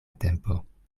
tempo